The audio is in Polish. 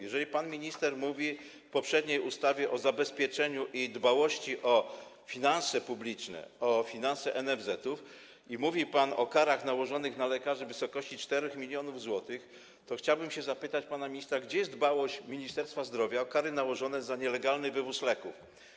Jeżeli pan minister mówi w przypadku poprzedniej ustawy o zabezpieczeniu i dbałości o finanse publiczne, o finanse NFZ-u i mówi pan o karach nałożonych na lekarzy w wysokości 4 mln zł, to chciałbym zapytać pana ministra, gdzie jest dbałość Ministerstwa Zdrowia o kary nałożone za nielegalny wywóz leków.